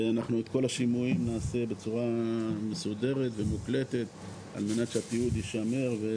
ואת כל השימועים נעשה בצורה מסודרת ומוקלטת על מנת שהתיעוד יישמר.